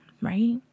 right